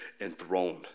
enthroned